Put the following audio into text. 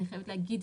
אני חייבת להגיד,